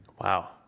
Wow